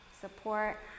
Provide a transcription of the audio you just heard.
support